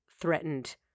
threatened